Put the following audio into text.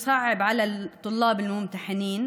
היא בשימוש יום-יומי.